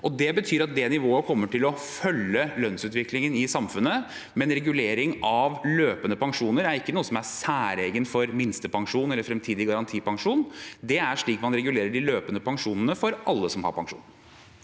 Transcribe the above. Det betyr at det nivået kommer til å følge lønnsutviklingen i samfunnet. Men en regulering av løpende pensjoner er ikke noe som er særegent for minstepensjon eller framtidig garantipensjon. Det er slik man regulerer de løpende pensjonene for alle som har pensjon.